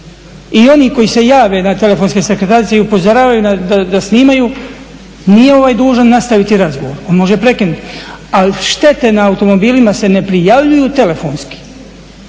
I oni koji se jave na telefonske sekretarice i upozoravaju da snimaju, nije ovaj dužan nastaviti razgovor, on može prekinuti. Ali štete na automobilima se ne prijavljuju telefonski,